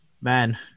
man